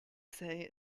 say